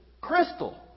crystal